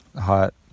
hot